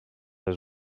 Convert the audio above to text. his